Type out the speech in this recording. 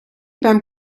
beim